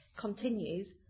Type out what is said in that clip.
continues